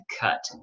cut